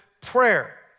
prayer